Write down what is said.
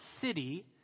city